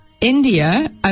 India